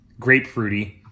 grapefruity